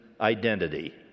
identity